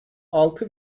altı